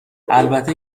البته